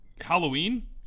Halloween